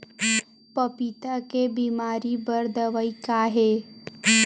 पपीता के बीमारी बर दवाई का हे?